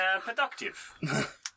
productive